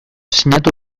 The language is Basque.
sinatu